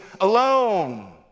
alone